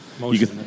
motion